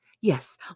Yes